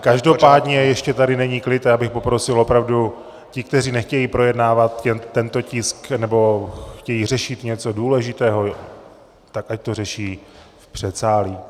Každopádně ještě tady není klid a já bych poprosil opravdu ty, kteří nechtějí projednávat tento tisk nebo chtějí řešit něco důležitého, tak ať to řeší v předsálí.